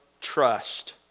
trust